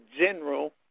general